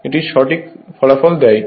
এটি সঠিক ফলাফল দেয় না